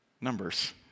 numbers